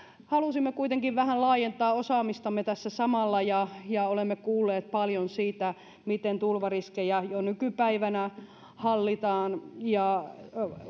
halusimme kuitenkin vähän laajentaa osaamistamme tässä samalla ja ja olemme kuulleet paljon siitä miten tulvariskejä jo nykypäivänä hallitaan ja